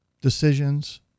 decisions